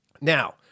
Now